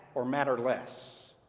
or matter less.